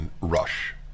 rush